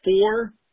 four